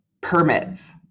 permits